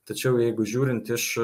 tačiau jeigu žiūrint iš